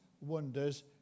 wonders